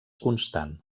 constant